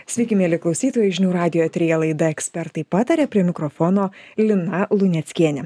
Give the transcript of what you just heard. sveiki mieli klausytojai žinių radijo eteryje laida ekspertai pataria prie mikrofono lina luneckienė